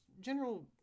general